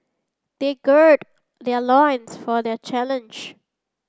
they gird their loins for the challenge